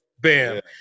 Bam